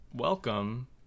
welcome